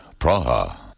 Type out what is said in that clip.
Praha